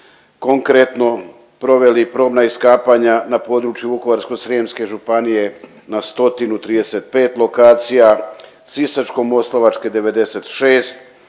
konkretno proveli probna iskapanja na području Vukovarsko-srijemske županije na 135 lokacija, Sisačko-moslavačke 96,